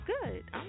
good